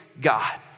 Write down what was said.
God